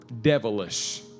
devilish